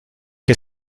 que